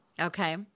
Okay